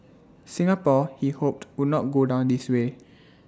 Singapore he hoped would not go down this way